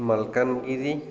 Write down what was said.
Malkangiri